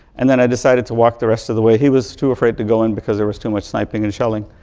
and then i decided to walk the rest of the way. he was too afraid to go in because there was too much sniping and shelling.